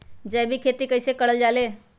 जैविक खेती कई से करल जाले?